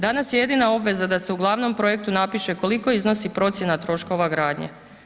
Danas je jedina obveza da se o glavnom projektu napiše koliko iznosi procjena troškova gradnje.